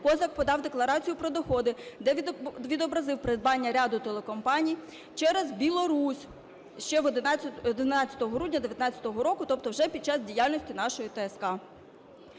Козак подав декларацію про доходи, де відобразив придбання ряду телекомпаній через Білорусь ще 11 грудня 19-го року, тобто вже підчас діяльності нашої ТСК.